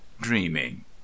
dreaming